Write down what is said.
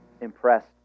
impressed